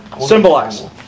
symbolize